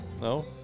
No